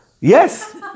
Yes